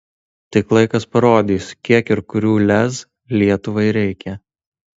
tik laikas parodys kiek ir kurių lez lietuvai reikia